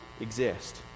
exist